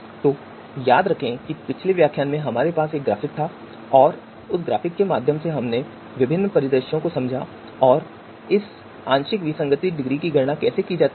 तो याद रखें कि पिछले व्याख्यान में हमारे पास एक ग्राफिक था और उस ग्राफिक के माध्यम से हमने विभिन्न परिदृश्यों को समझा और इस आंशिक विसंगति की डिग्री की गणना कैसे की जाती है